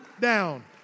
down